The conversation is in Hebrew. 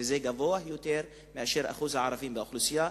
וזה גבוה יותר משיעור הערבים באוכלוסייה,